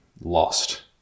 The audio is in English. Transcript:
lost